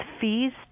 fees